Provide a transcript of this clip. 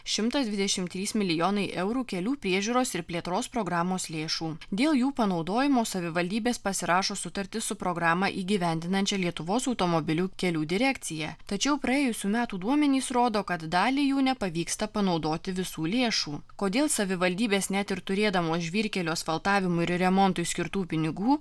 šimtas dvidešim trys milijonai eurų kelių priežiūros ir plėtros programos lėšų dėl jų panaudojimo savivaldybės pasirašo sutartis su programą įgyvendinančia lietuvos automobilių kelių direkcija tačiau praėjusių metų duomenys rodo kad daliai jų nepavyksta panaudoti visų lėšų kodėl savivaldybės net ir turėdamos žvyrkelių asfaltavimui ir remontui skirtų pinigų